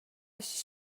aschi